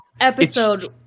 episode